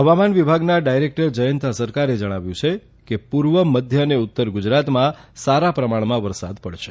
હવામાન વિભાગના ડાયરેક્ટર જયંતા સરકારે જણાવ્યું છે કે પૂર્વ મધ્ય અને ઉત્તર ગુજરાતમાં સારા પ્રમાણમાં વરસાદ પડશે